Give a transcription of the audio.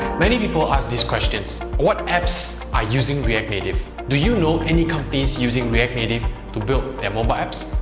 many people ask us these questions. what apps are using react native? do you know any companies using react native to build their mobile apps?